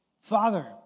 Father